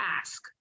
ask